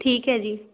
ਠੀਕ ਹੈ ਜੀ